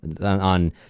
on